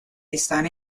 están